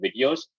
videos